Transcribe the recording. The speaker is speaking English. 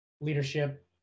leadership